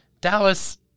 Dallas